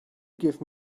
give